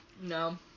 no